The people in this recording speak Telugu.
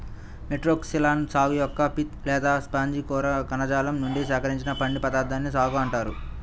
మెట్రోక్సిలాన్ సాగు యొక్క పిత్ లేదా స్పాంజి కోర్ కణజాలం నుండి సేకరించిన పిండి పదార్థాన్నే సాగో అంటారు